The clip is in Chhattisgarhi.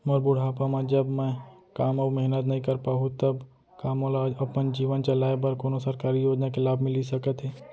मोर बुढ़ापा मा जब मैं काम अऊ मेहनत नई कर पाहू तब का मोला अपन जीवन चलाए बर कोनो सरकारी योजना के लाभ मिलिस सकत हे?